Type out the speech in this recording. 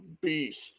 beast